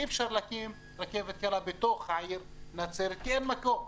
אי אפשר להקים רכבת קלה בתוך העיר נצרת כי אין מקום,